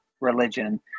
religion